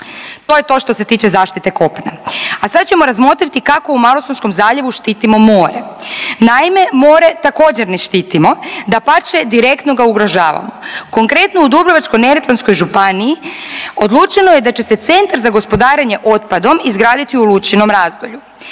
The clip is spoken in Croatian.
To je to što se tiče zaštite kopna, a sad ćemo razmotriti kako u Malostonskom zaljevu štitimo more. Naime, more također ne štitimo, dapače direktno ga ugrožavamo. Konkretno u Dubrovačko-neretvanskoj županiji odlučeno je da će se Centar za gospodarenje otpadom izgraditi u Lučinom Razdolju.